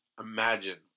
imagine